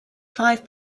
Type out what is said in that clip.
five